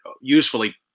usefully